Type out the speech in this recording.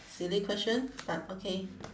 silly question but okay